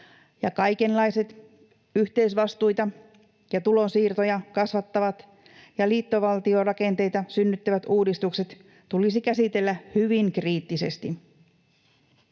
kaikenlaiset yhteisvastuita ja tulonsiirtoja kasvattavat ja liittovaltiorakenteita synnyttävät uudistukset tulisi käsitellä hyvin kriittisesti.